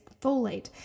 folate